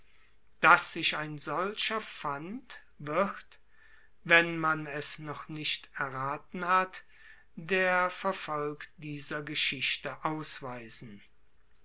daß sich ein solcher fand wird wenn man es noch nicht erraten hat der verfolg dieser geschichte ausweisen